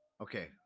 okay